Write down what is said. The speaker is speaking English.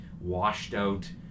washed-out